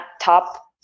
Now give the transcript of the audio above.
top